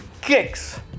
kicks